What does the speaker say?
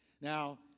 Now